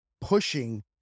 pushing